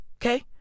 Okay